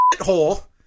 hole